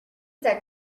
that